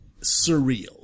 surreal